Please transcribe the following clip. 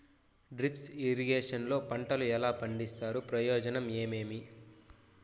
Drip irrigation లో పంటలు ఎలా పండిస్తారు ప్రయోజనం ఏమేమి?